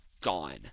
gone